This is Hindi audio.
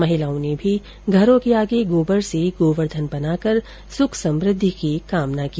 महिलाओं ने भी घरों के आगे गोबर से गोवर्धन बनाकर सुख समृद्धि की कामना की